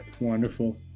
wonderful